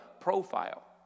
profile